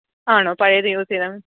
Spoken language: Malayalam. ആണോ പഴയത് യൂസ് ചെയ്താൽ